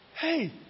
Hey